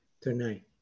tonight